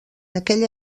aquella